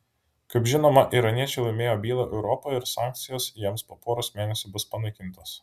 kaip žinoma iraniečiai laimėjo bylą europoje ir sankcijos jiems po poros mėnesių bus panaikintos